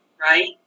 right